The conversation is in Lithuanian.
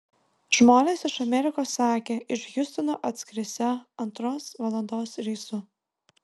žmonės iš amerikos sakė iš hjustono atskrisią antros valandos reisu